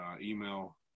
email